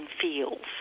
feels